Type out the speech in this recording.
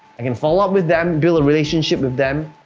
i can follow up with them, build a relationship with them,